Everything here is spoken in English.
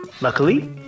Luckily